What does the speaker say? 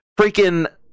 freaking